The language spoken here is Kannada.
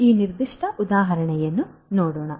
ಆದ್ದರಿಂದ ಈ ನಿರ್ದಿಷ್ಟ ಉದಾಹರಣೆಯನ್ನು ನೋಡೋಣ